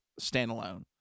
standalone